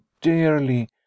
dearly